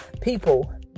people